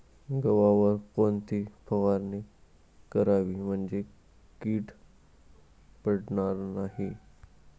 गव्हावर कोणती फवारणी करावी म्हणजे कीड पडणार नाही?